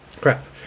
Crap